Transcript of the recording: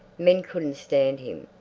men couldn't stand him,